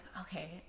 okay